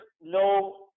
no